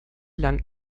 lang